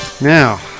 Now